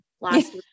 last